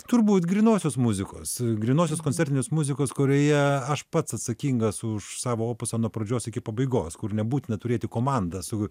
turbūt grynosios muzikos grynosios koncertinės muzikos kurioje aš pats atsakingas už savo opusą nuo pradžios iki pabaigos kur nebūtina turėti komandą su